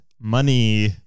Money